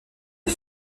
les